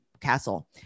castle